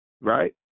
right